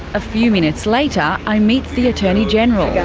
a few minutes later, i meet the attorney general. yeah